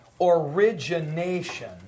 Origination